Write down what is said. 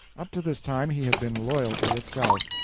up to this time he had been loyalty itself,